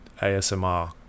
ASMR